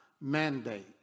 Mandate